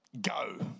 go